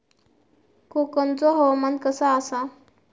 कोकनचो हवामान कसा आसा?